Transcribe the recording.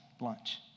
lunch